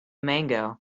mango